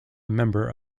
member